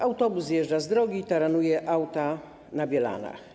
Autobus zjeżdża z drogi i taranuje auta na Bielanach.